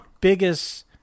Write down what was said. biggest